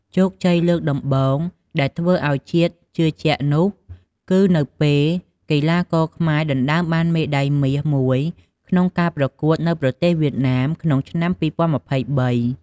ជោគជ័យលើកដំបូងដែលធ្វើឱ្យជាតិជឿជាក់នោះ គឺនៅពេលកីឡាករខ្មែរដណ្តើមបានមេដាយមាសមួយក្នុងការប្រកួតនៅប្រទេសវៀតណាមក្នុងឆ្នាំ ២០២៣។